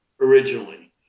originally